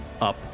up